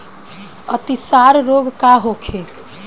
अतिसार रोग का होखे?